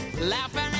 laughing